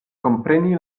kompreni